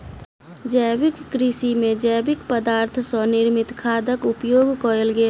जैविक कृषि में जैविक पदार्थ सॅ निर्मित खादक उपयोग कयल गेल